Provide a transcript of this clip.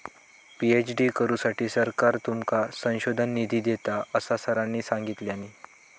PhD करुसाठी सरकार तुमका संशोधन निधी देता, असा सरांनी सांगल्यानी